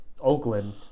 Oakland